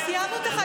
סיימנו,